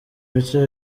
bice